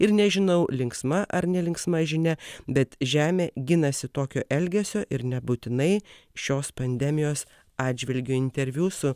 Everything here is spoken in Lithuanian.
ir nežinau linksma ar nelinksma žinia bet žemė ginasi tokio elgesio ir nebūtinai šios pandemijos atžvilgiu interviu su